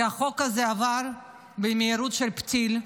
כי החוק הזה עבר במהירות של טיל,